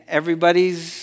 everybody's